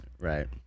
Right